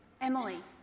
Emily